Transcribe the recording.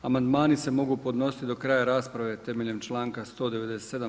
Amandmani se mogu podnositi do kraja rasprave temeljem članka 197.